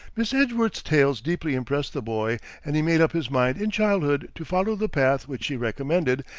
miss edgeworth's tales deeply impressed the boy, and he made up his mind in childhood to follow the path which she recommended,